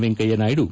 Venkaiah Naidu